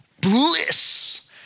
bliss